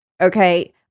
okay